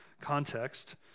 context